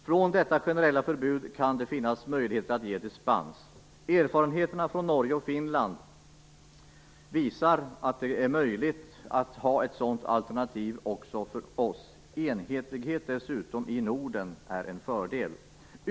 Från detta generella förbud kan möjligheter att ge dispens finnas. Erfarenheterna från Norge och Finland visar att det är möjligt med ett sådant alternativ också för Sverige. Enhetlighet i Norden är dessutom en fördel.